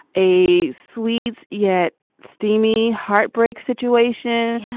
a swede's yet steamy heartbreak situation.